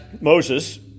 Moses